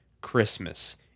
Christmas